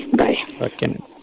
bye